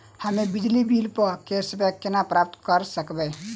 हम्मे बिजली बिल प कैशबैक केना प्राप्त करऽ सकबै?